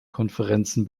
konferenzen